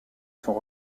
son